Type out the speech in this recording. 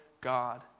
God